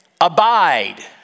abide